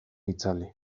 itzali